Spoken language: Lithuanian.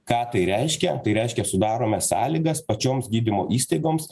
ką tai reiškia tai reiškia sudarome sąlygas pačioms gydymo įstaigoms